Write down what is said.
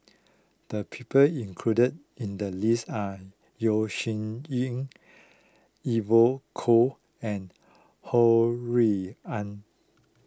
the people included in the list are Yeo Shih Yun Evon Kow and Ho Rui An